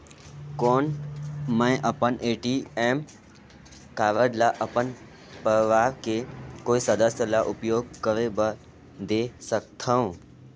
कौन मैं अपन ए.टी.एम कारड ल अपन परवार के कोई सदस्य ल उपयोग करे बर दे सकथव?